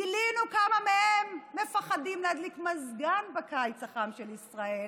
גילינו כמה מהם מפחדים להדליק מזגן בקיץ החם של ישראל,